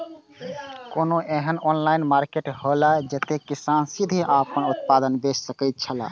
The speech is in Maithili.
कोनो एहन ऑनलाइन मार्केट हौला जते किसान सीधे आपन उत्पाद बेच सकेत छला?